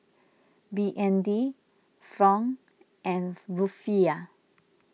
B N D Franc and Rufiyaa